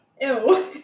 Ew